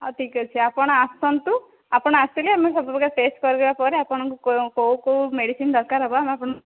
ହଉ ଠିକ୍ ଅଛି ଆପଣ ଆସନ୍ତୁ ଆପଣ ଆସିଲେ ଆମେ ସବୁ ପ୍ରକାର ଟେଷ୍ଟ କରାଇବା ପରେ ଆପଣଙ୍କୁ କେଉଁ କେଉଁ ମେଡ଼ିସିନ୍ ଦରକାର ହେବ ଆମେ ଆପଣ